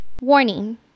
Warning